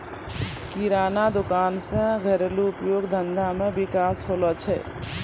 किराना दुकान से घरेलू उद्योग धंधा मे विकास होलो छै